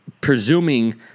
presuming